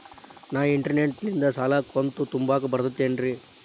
ನಾ ಇಂಟರ್ನೆಟ್ ನಿಂದ ಸಾಲದ ಕಂತು ತುಂಬಾಕ್ ಬರತೈತೇನ್ರೇ?